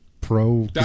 pro